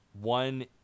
One